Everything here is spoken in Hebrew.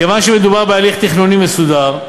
כיוון שמדובר בהליך תכנוני מסודר,